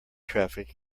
traffic